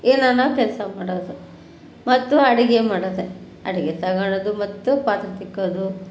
ಏನಾದ್ರೂ ಕೆಲಸ ಮಾಡೋದು ಮತ್ತು ಅಡುಗೆ ಮಾಡೋದೇ ಅಡುಗೆ ತಗೊಳ್ಳೋದು ಮತ್ತು ಪಾತ್ರೆ ತಿಕ್ಕೋದು